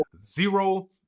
zero